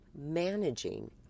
managing